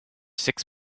six